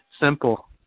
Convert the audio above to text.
Simple